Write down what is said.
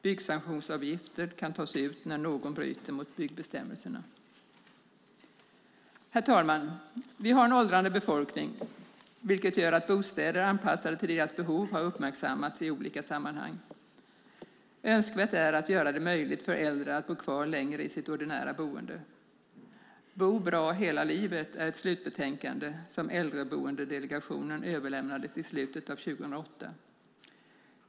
Byggsanktionsavgifter kan tas ut när någon bryter mot byggbestämmelserna. Herr talman! Vi har en åldrande befolkning, vilket gör att bostäder anpassade till äldres behov har uppmärksammats i olika sammanhang. Önskvärt är att göra det möjligt för äldre att bo kvar längre i sitt ordinära boende. Bo bra hela livet är ett slutbetänkande som Äldreboendedelegationen överlämnade i slutet av 2008.